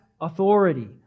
authority